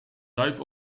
duif